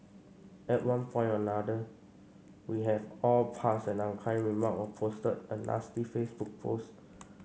at one point or another we have all passed an unkind remark or posted a nasty Facebook post